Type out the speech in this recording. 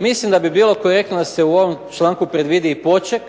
Mislim da bi bilo korektno da se u ovom članku predvidi poček